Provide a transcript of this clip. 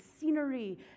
scenery